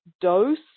dose